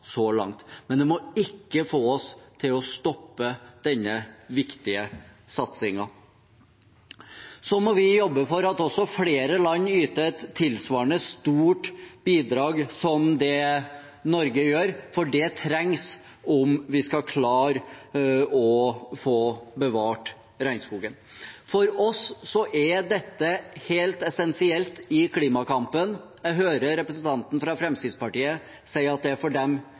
langt. Men det må ikke få oss til å stoppe denne viktige satsingen. Så må vi jobbe for at flere land yter et tilsvarende stort bidrag som det Norge gjør, for det trengs om vi skal klare å få bevart regnskogen. For oss er dette helt essensielt i klimakampen. Jeg hører representanten fra Fremskrittspartiet si at det for dem